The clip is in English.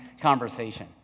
conversation